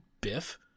Biff